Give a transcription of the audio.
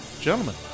gentlemen